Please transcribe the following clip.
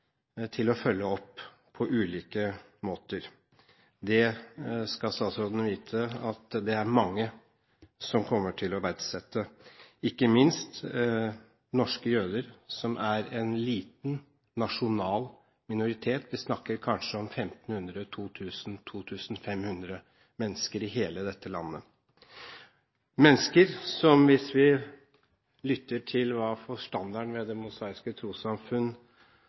til å følge opp på ulike måter. Det skal statsråden vite: Det er det mange som kommer til å verdsette, ikke minst norske jøder, som er en liten nasjonal minoritet – vi snakker kanskje om 1 500–2 500 mennesker i hele dette landet. Det er mennesker som – hvis vi lytter til hva forstanderen ved det mosaiske trossamfunn